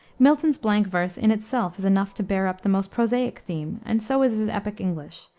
milton's blank verse in itself is enough to bear up the most prosaic theme, and so is his epic english,